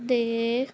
ਦੇ